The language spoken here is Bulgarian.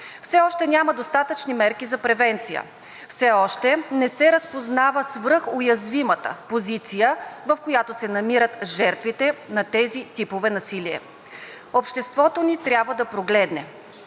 Все още няма достатъчни мерки за превенция. Все още не се разпознава свръхуязвимата позиция, в която се намират жертвите на тези типове насилие. Обществото ни трябва да прогледне